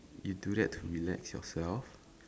you do that to relax yourself